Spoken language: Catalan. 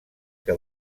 que